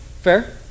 Fair